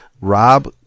Rob